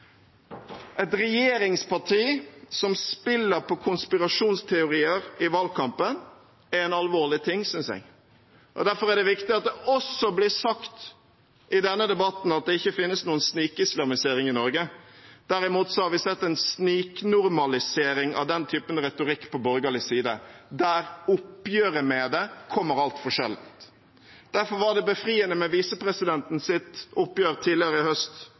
Et regjeringsparti som spiller på konspirasjonsteorier i valgkampen, er en alvorlig ting, synes jeg. Derfor er det viktig at det også blir sagt i denne debatten at det ikke finnes noen snikislamisering i Norge. Derimot har vi sett en «sniknormalisering» av den typen retorikk på borgerlig side, der oppgjøret med det kommer altfor sjeldent. Derfor var det befriende med visepresidentens oppgjør tidligere i høst,